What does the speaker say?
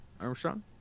Armstrong